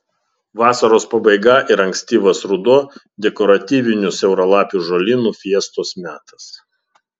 vasaros pabaiga ir ankstyvas ruduo dekoratyvinių siauralapių žolynų fiestos metas